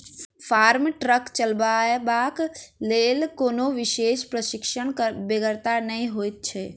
farm truck चलयबाक लेल कोनो विशेष प्रशिक्षणक बेगरता नै होइत छै